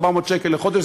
400 שקל לחודש,